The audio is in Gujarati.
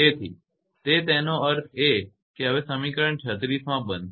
તેથી તે તેનો અર્થ એ કે હવે તે સમીકરણ 36 માં બનશે